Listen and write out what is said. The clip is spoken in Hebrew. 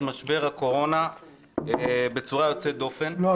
משבר הקורונה בצורה יוצאת דופן -- לא,